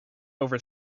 over